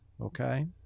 okay